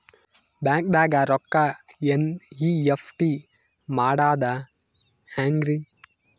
ಬ್ಯಾಂಕ್ದಾಗ ರೊಕ್ಕ ಎನ್.ಇ.ಎಫ್.ಟಿ ಮಾಡದ ಹೆಂಗ್ರಿ?